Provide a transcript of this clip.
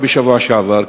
רק בשבוע שעבר,